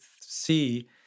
see